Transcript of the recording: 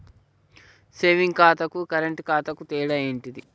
Saving ఖాతాకు current ఖాతాకు తేడా ఏంటిది?